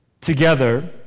together